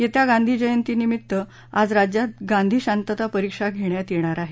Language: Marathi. येत्या गांधी जयंतीनिमत्त आज राज्यात गांधी शांतता परीक्षा घेण्यात येणार आहे